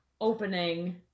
opening